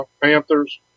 Panthers